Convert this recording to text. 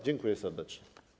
Dziękuję serdecznie.